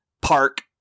park